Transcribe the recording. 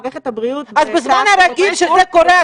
מערכת הבריאות --- גם בזמן הרגיל כשזה קורה,